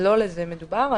לא לזה מדובר.